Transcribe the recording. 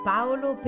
Paolo